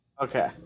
Okay